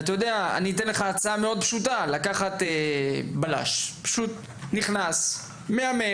אני אתן לך הצעה מאוד פשוטה: אתם יכולים לקחת בלש שייכנס ויהמר,